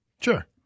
Sure